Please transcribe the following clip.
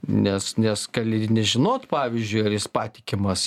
nes nes gali nežinot pavyzdžiui ar jis patikimas